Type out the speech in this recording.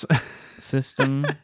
system